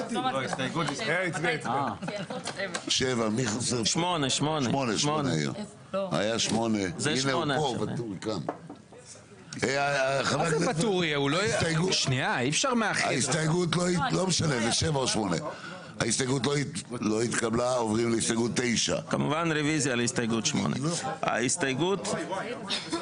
רביזיה להסתייגות 8. אני מגן